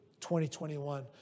2021